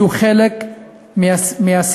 היה חלק מהסיבות